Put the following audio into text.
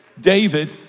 David